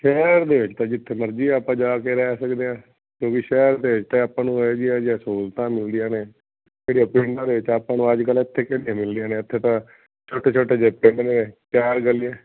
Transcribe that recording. ਸ਼ਹਿਰ ਦੇ ਵਿੱਚ ਤਾਂ ਜਿੱਥੇ ਮਰਜ਼ੀ ਆਪਾਂ ਜਾ ਕੇ ਰਹਿ ਸਕਦੇ ਹਾਂ ਕਿਉਂਕਿ ਸ਼ਹਿਰ ਦੇ ਆਪਾਂ ਨੂੰ ਇਹੋ ਜਿਹੀ ਇਹੋ ਜਿਹੀਆਂ ਸਹੂਲਤਾਂ ਮਿਲਦੀਆਂ ਨੇ ਜਿਹੜੀਆਂ ਪਿੰਡਾਂ ਦੇ ਵਿੱਚ ਆਪਾਂ ਨੂੰ ਅੱਜ ਕੱਲ੍ਹ ਇੱਥੇ ਕਿਤੇ ਨਹੀਂ ਮਿਲਦੀਆਂ ਨੇ ਇੱਥੇ ਤਾਂ ਛੋਟੇ ਛੋਟੇ ਜਿਹੇ ਪਿੰਡ ਨੇ ਚਾਰ ਗਲੀਆਂ